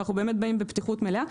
אנחנו באים בפתיחות מלאה.